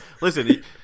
Listen